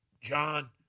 John